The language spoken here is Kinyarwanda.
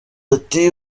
ati